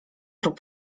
rób